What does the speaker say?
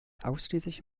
ausschließlich